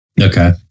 Okay